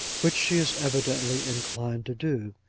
which she is evidently inclined to do.